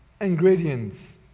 ingredients